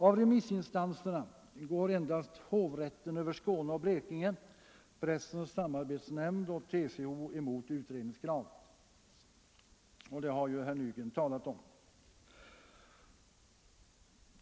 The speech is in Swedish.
Av remissinstanserna är det endast hovrätten över Skåne och Blekinge, Pressens samarbetsnämnd och TCO som går emot utredningskravet. Detta har herr Nygren talat om.